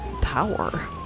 power